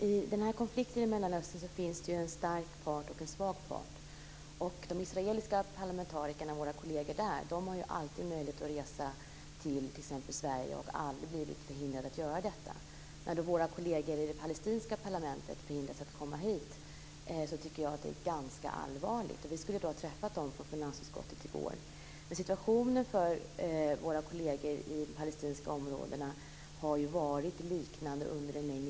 Fru talman! I konflikten i Mellanöstern finns en stark part och en svag part. Våra kolleger de israeliska parlamentarikerna har alltid möjlighet att resa till t.ex. Sverige och har aldrig blivit förhindrade att göra det. När våra kolleger i det palestinska parlamentet förhindras att komma hit är det ganska allvarligt. Vi skulle ha träffat dem i finansutskottet i går. Situationen för våra kolleger i de palestinska områdena har varit liknande under en längre tid.